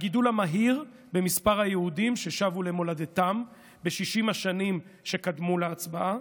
הגידול המהיר במספר היהודים ששבו למולדתם ב-60 השנים שקדמו להצבעה,